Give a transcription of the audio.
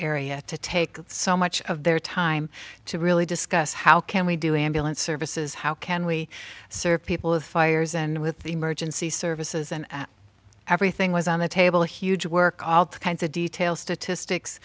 area to take so much of their time to really discuss how can we do ambulance services how can we serve people with fires and with the emergency services and everything was on the table huge work all kinds of details statistics